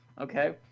Okay